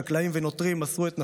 חקלאים ונוטרים מסרו את נפשם.